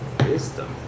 wisdom